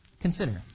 Consider